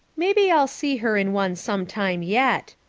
maybe i'll see her in one sometime yet.